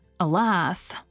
Alas